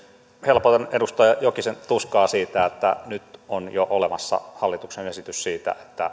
helpotan edustaja jokisen tuskaa siitä että nyt on jo olemassa hallituksen esitys siitä että